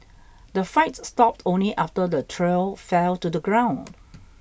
the fright stopped only after the trio fell to the ground